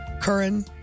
Curran